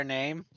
name